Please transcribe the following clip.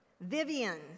Vivian